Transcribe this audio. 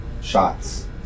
shots